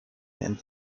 and